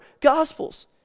gospels